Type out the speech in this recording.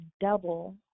double